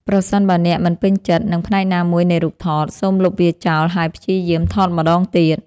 ប្រសិនបើអ្នកមិនពេញចិត្ត នឹងផ្នែកណាមួយនៃរូបថត សូមលុបវាចោលហើយព្យាយាមថតម្តងទៀត។